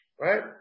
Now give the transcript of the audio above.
right